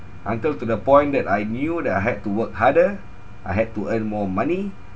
until to the point that I knew that I had to work harder I had to earn more money